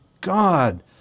God